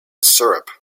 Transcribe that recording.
syrup